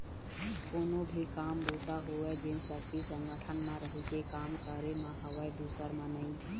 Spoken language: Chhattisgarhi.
कोनो भी काम बूता होवय जेन सक्ति संगठन म रहिके काम करे म हवय दूसर म नइ